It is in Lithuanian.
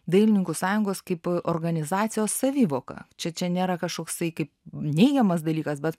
dailininkų sąjungos kaip organizacijos savivoką čia čia nėra kažkoksai kaip neigiamas dalykas bet